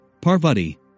Parvati